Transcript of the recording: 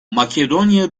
makedonya